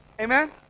Amen